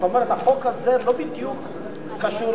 החוק הזה לא בדיוק קשור,